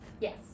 Yes